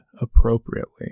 appropriately